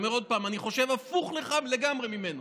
אני אומר עוד פעם, אני חושב הפוך לגמרי ממנו.